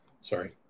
Sorry